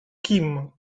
kim